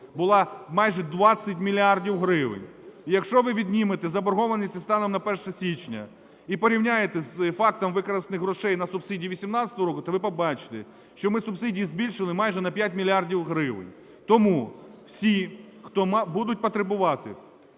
була майже 20 мільярдів гривень. І якщо ви віднімете заборгованість станом на 1 січня і порівняєте з фактом використаних грошей на субсидії 18-го року, то ви побачите, що ми субсидії збільшили майже на 5 мільярдів гривень. Тому всі, хто будуть потребувати